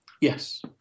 Yes